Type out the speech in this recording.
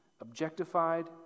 objectified